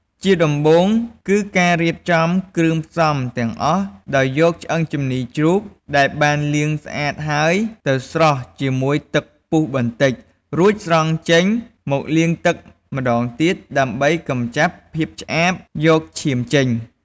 ជាដំបូង គឺការរៀបចំគ្រឿងផ្សំទាំងអស់ ដោយយកឆ្អឹងជំនីរជ្រូក ដែលបានលាងស្អាតហើយ ដាក់ស្រុះជាមួយទឹកពុះបន្តិច រួចស្រង់ចេញមកលាងទឹកម្ដងទៀត ដើម្បីកម្ចាត់ភាពឆ្អាប យកឈាមចេញ។